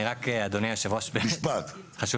אדוני היושב ראש, חשוב להגיד.